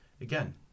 again